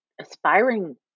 aspiring